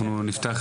ננעלה בשעה